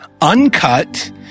uncut